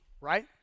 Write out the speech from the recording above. right